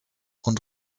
und